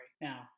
Now